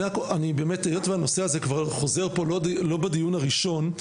היות והנושא הזה חוזר פה לא בדיון הראשון,